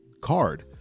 card